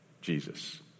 Jesus